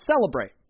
celebrate